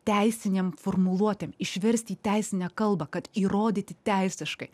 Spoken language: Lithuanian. teisinėm formuluotėm išversti į teisinę kalbą kad įrodyti teisiškai